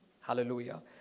Hallelujah